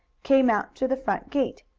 came out to the front gate.